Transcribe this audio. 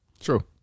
True